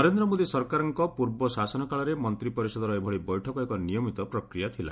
ନରେନ୍ଦ୍ର ମୋଦି ସରକାରଙ୍କ ପୂର୍ବ ଶାସନକାଳରେ ମନ୍ତ୍ରୀପରିଷଦର ଏଭଳି ବୈଠକ ଏକ ନିୟମିତ ପ୍ରକ୍ରିୟା ଥିଲା